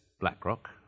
BlackRock